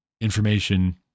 information